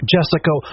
Jessica